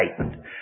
statement